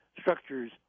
structures